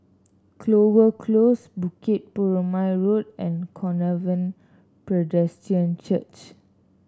Clover Close Bukit Purmei Road and Covenant Presbyterian Church